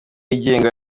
yigenga